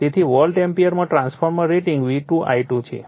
તેથી વોલ્ટ એમ્પીયરમાં transformer rating V2 I2 છે